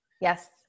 Yes